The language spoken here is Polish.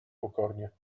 pokornie